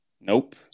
Nope